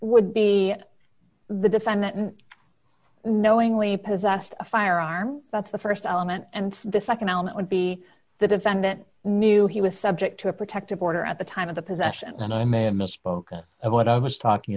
would be the defendant knowingly possess a firearm that's the st element and the nd element would be the defendant knew he was subject to a protective order at the time of the possession and i may have misspoken of what i was talking